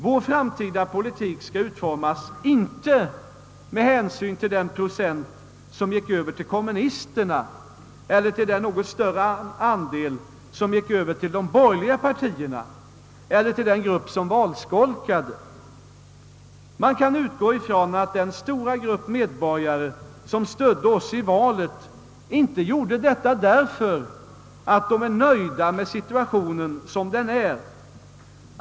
Vår framtida politik skall utformas inte med hänsyn till den procent som gick över till kommunisterna eller med hänsyn till den något större andel som gick över till de borgerliga partierna eller med hänsyn till den grupp som valskolkade. Man kan utgå från att den stora grupp medborgare, som stödde oss i valet, inte gjorde detta därför att dessa väljare är nöjda med situationen som den är.